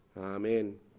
Amen